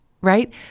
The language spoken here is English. right